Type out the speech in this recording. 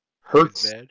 hurts